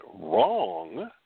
wrong